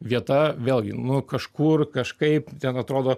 vieta vėlgi nu kažkur kažkaip ten atrodo